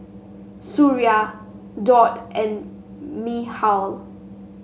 Suria Daud and Mikhail